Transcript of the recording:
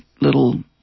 little